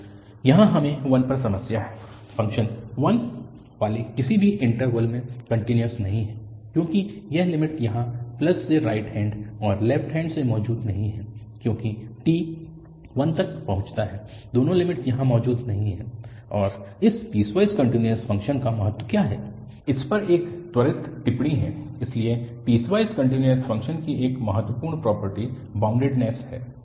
तो यहाँ हमें 1 पर समस्या है फ़ंक्शन 1 वाले किसी भी इन्टरवल में कन्टिन्यूअस नहीं है क्योंकि यह लिमिट यहाँ प्लस से राइट हैन्ड और लेफ्ट हैन्ड से मौजूद नहीं है क्योंकि t 1 तक पहुंचता है दोनों लिमिट्स यहाँ मौजूद नहीं हैं और इन पीसवाइस कन्टिन्यूअस फंक्शन्स का महत्व क्या है इस पर एक त्वरित टिप्पणी है इसलिए पीसवाइस कन्टिन्यूअस फंक्शन की एक महत्वपूर्ण प्रॉपर्टी बाउंडेडनेस है